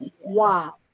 wow